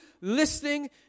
listening